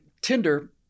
Tinder